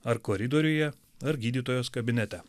ar koridoriuje ar gydytojos kabinete